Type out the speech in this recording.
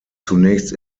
zunächst